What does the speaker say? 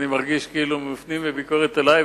אני מרגיש כאילו הם מופנים בביקורת אלי,